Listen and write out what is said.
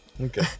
Okay